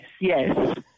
yes